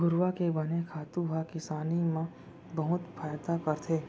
घुरूवा के बने खातू ह किसानी म बहुत फायदा करथे